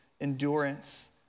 endurance